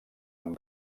amb